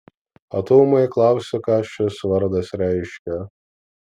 o tu ūmai klausi ką šis vardas reiškia